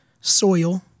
soil